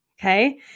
okay